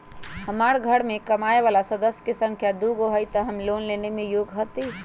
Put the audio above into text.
हमार घर मैं कमाए वाला सदस्य की संख्या दुगो हाई त हम लोन लेने में योग्य हती?